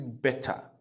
better